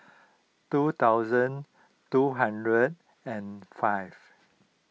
two thousand two hundred and five